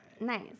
Nice